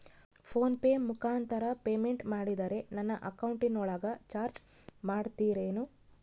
Phone pay ಮುಖಾಂತರ payment ಮಾಡಿದರೆ ನನ್ನ ಅಕೌಂಟಿನೊಳಗ ಚಾರ್ಜ್ ಮಾಡ್ತಿರೇನು?